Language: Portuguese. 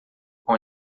com